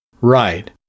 Right